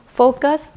focus